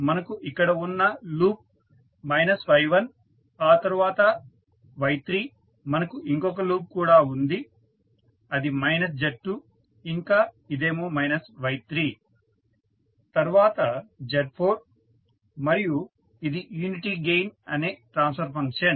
మనకు ఇక్కడ ఉన్న లూప్ మైనస్ Y1 ఆ తర్వాత Y3 మనకు ఇంకొక లూప్ కూడా ఉంది అది మైనస్ Z2 ఇంకా ఇదేమో మైనస్ Y3 తర్వాత Z4 మరియు ఇది యూనిటీ గెయిన్ అనే ట్రాన్స్ఫర్ ఫంక్షన్